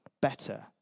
better